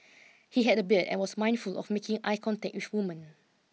he had a beard and was mindful of making eye contact with women